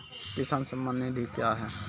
किसान सम्मान निधि क्या हैं?